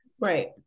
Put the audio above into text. right